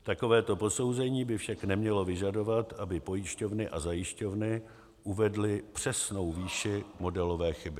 Takovéto posouzení by však nemělo vyžadovat, aby pojišťovny a zajišťovny uvedly přesnou výši modelové chyby.